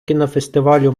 кінофестивалю